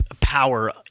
power